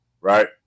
right